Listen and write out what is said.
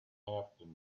happened